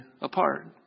apart